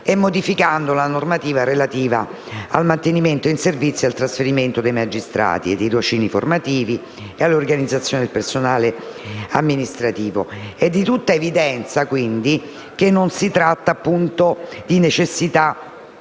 modificando la normativa relativa al mantenimento in servizio e al trasferimento dei magistrati, ai tirocini formativi e all'organizzazione del personale amministrativo. È di tutta evidenza, quindi, che non si tratta di necessità